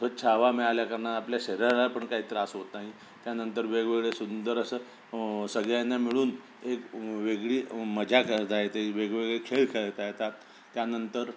स्वच्छ हवा मिळाल्या कारणानं आपल्या शरीराला पण काही त्रास होत नाही त्यानंतर वेगवेगळे सुंदर असं सगळ्यांना मिळून एक वेगळी मजा करता येते वेगवेगळे खेळ खेळता येतात त्यानंतर